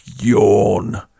yawn